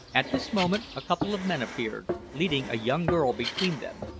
at this moment a couple of men appeared, leading a young girl between them,